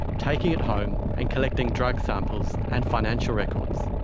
taking it home and collecting drug samples and financial records.